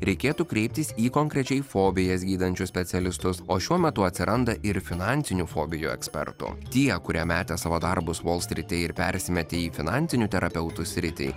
reikėtų kreiptis į konkrečiai fobijas gydančius specialistus o šiuo metu atsiranda ir finansinių fobijų ekspertų tie kurie metė savo darbus volstryte ir persimetė į finansinių terapeutų sritį